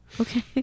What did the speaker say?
okay